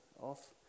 off